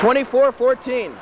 twenty four fourteen